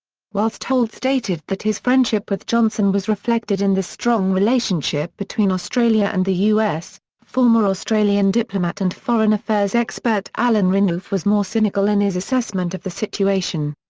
whilst holt stated that his friendship with johnson was reflected in the strong relationship between australia and the us, former australian diplomat and foreign-affairs expert alan renouf was more cynical in his assessment of the situation.